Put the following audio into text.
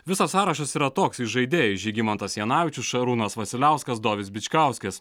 visas sąrašas yra toks įžaidėjas žygimantas janavičius šarūnas vasiliauskas dovis bičkauskis